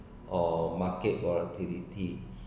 or market volatility